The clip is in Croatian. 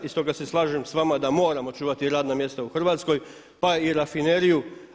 I stoga se slažem s vama da moramo čuvati radna mjesta u Hrvatskoj pa i rafineriju.